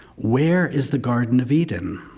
where is the garden of eden?